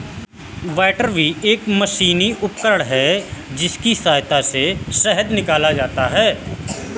बैटरबी एक मशीनी उपकरण है जिसकी सहायता से शहद निकाला जाता है